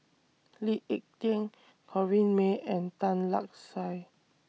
Lee Ek Tieng Corrinne May and Tan Lark Sye